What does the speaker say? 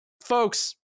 folks